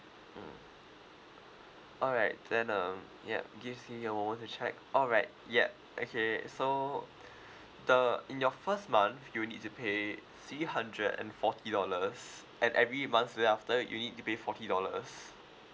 mm alright then um yup give me a moment to check alright yup okay so the in your first month you need to pay three hundred and forty dollars at every months thereafter you need to pay forty dollars